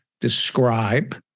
describe